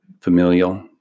Familial